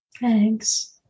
Thanks